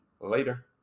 Later